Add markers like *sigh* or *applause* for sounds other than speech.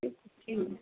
*unintelligible*